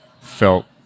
felt